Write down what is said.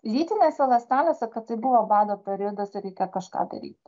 lytinėse ląstelėse kad tai buvo bado periodas ir reikia kažką daryt